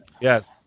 Yes